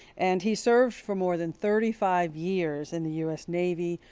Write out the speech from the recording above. and he served for more than thirty five years in the u s. navy,